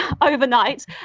overnight